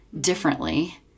differently